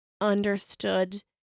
understood